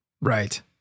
right